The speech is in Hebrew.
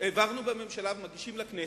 העברנו בממשלה ומגישים לכנסת,